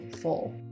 full